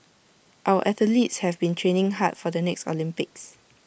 our athletes have been training hard for the next Olympics